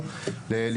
משמאל ומימין,